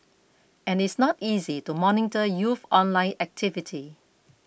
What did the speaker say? and it's not easy to monitor youth online activity